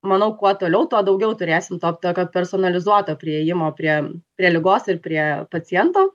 manau kuo toliau tuo daugiau turėsim to tokio personalizuoto priėjimo prie prie ligos ir prie paciento